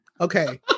Okay